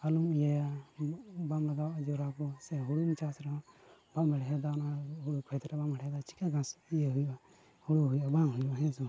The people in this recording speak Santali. ᱟᱹᱞᱩᱢ ᱤᱭᱟᱭᱟ ᱩᱱᱟᱹᱜ ᱵᱟᱢ ᱞᱟᱜᱟᱣᱮᱫᱼᱟ ᱡᱚᱸᱰᱨᱟ ᱠᱚ ᱥᱮ ᱦᱩᱲᱩᱢ ᱪᱟᱥ ᱨᱮᱦᱚᱸ ᱵᱟᱢ ᱦᱮᱲᱦᱮᱫᱟ ᱚᱱᱟ ᱦᱩᱲᱩ ᱠᱷᱮᱛ ᱨᱮ ᱵᱟᱢ ᱦᱮᱲᱦᱮᱫᱟ ᱪᱤᱠᱟᱹ ᱜᱷᱟᱥ ᱤᱭᱟᱹ ᱦᱩᱭᱩᱜᱼᱟ ᱦᱩᱲᱩ ᱦᱩᱭᱩᱜᱼᱟ ᱵᱟᱝ ᱦᱩᱭᱩᱜᱼᱟ ᱦᱮᱸ ᱥᱮ ᱵᱟᱝ